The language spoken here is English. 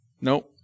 Nope